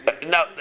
No